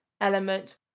element